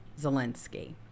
Zelensky